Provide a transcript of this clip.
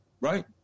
Right